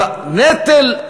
ה"נטל"